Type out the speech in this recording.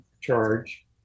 charge